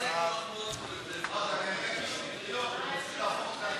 ההסתייגות לחלופין של קבוצת סיעת הרשימה